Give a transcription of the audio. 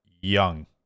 young